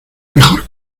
mejor